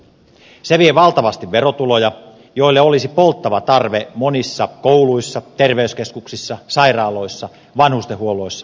se vie valtavasti verotuloja joille olisi polttava tarve monissa kouluissa terveyskeskuksissa sairaaloissa vanhustenhuollossa ja niin edelleen